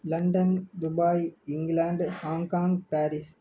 London Dubai England Hong Kong Paris